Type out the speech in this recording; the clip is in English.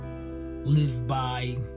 live-by